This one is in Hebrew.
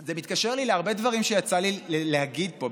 זה מתקשר לי להרבה דברים שיצא לי להגיד פה,